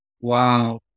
Wow